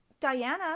Diana